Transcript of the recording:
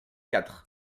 quatre